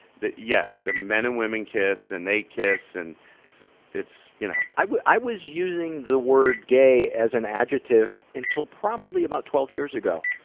yes, the men and women kiss and they kiss and it's you know. i was i was using the word gay as an adjective until probably about twelve years ago,